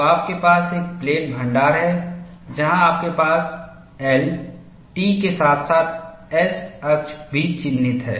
तो आपके पास एक प्लेट भण्डार है जहां आपके पास L T के साथ साथ S अक्ष भी चिह्नित है